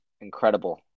incredible